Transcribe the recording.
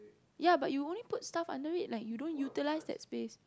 ya but you only put stuff under it like you don't utilise that space